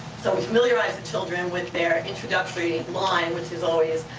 so to familiarize the children with their introductory line, which is always,